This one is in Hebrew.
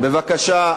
בבקשה.